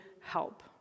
help